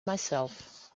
myself